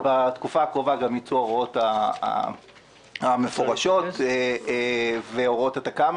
בתקופה הקרובה ייצאו גם ההוראות המפורשות והוראות התכ"מ